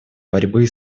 борьбы